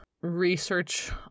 research